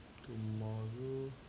tomorrow